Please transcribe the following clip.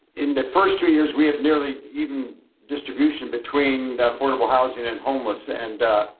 in the first two years, we have nearly even distribution between affordable housing and homeless. and,